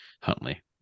Huntley